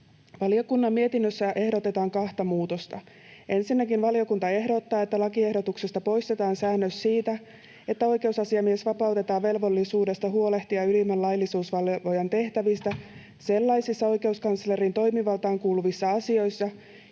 Valiokunnan mietinnössä ehdotetaan kahta muutosta. Ensinnäkin valiokunta ehdottaa, että ”lakiehdotuksesta poistetaan säännös siitä, että oikeusasiamies vapautetaan velvollisuudesta huolehtia ylimmän laillisuusvalvojan tehtävistä sellaisissa oikeuskanslerin toimivaltaan kuuluvissa asioissa,